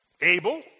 Abel